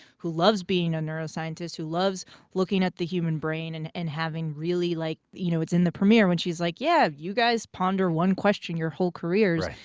who loves being a neuroscientist, who loves looking at the human brain and and having really, like, you know, it's in the premiere, when she's like, yeah, you guys ponder one question your whole careers.